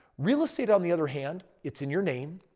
real estate on the other hand, it's in your name.